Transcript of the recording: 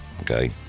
okay